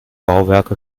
bauwerke